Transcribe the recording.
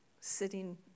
sitting